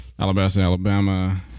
Alabama